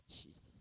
Jesus